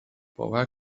باور